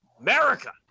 America